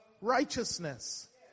righteousness